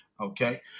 okay